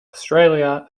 australia